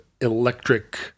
electric